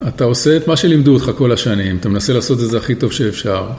אתה עושה את מה שלימדו אותך כל השנים, אתה מנסה לעשות את זה הכי טוב שאפשר.